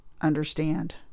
understand